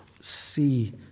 see